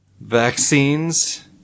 vaccines